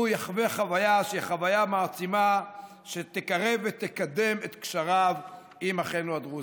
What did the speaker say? יחווה חוויה מעצימה שתקרב ותקדם את קשריו עם אחינו הדרוזים.